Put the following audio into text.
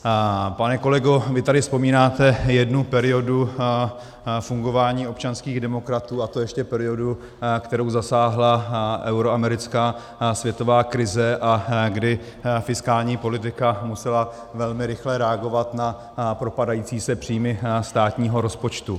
Pane kolego, vy tady vzpomínáte jednu periodu fungování občanských demokratů, a to ještě periodu, kterou zasáhla euroamerická světová krize a kdy fiskální politika musela velmi rychle reagovat na propadající se příjmy státního rozpočtu.